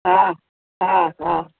હા હા હા